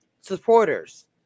Supporters